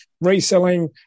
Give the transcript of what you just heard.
reselling